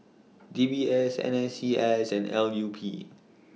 D B S N S C S and L U P